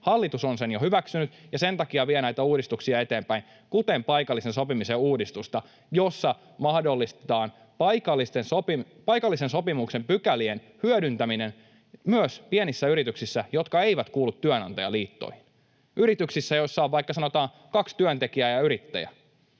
Hallitus on sen jo hyväksynyt ja sen takia vie eteenpäin näitä uudistuksia, kuten paikallisen sopimisen uudistusta, jossa mahdollistetaan paikallisen sopimisen pykälien hyödyntäminen myös pienissä yrityksissä, jotka eivät kuulu työnantajaliittoihin, yrityksissä, joissa on, sanotaan vaikka, kaksi työntekijää ja yrittäjä.